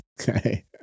Okay